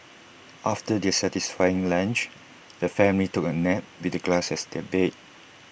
after their satisfying lunch the family took A nap with the grass as their bed